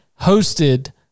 hosted